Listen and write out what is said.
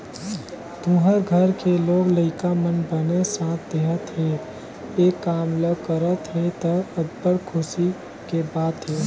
तुँहर घर के लोग लइका मन बने साथ देहत हे, ए काम ल करत हे त, अब्बड़ खुसी के बात हे